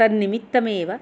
तद्निमित्तमेव